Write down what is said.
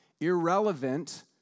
irrelevant